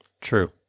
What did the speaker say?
True